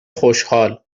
خوشحال